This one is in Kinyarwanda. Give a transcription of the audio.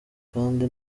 kandi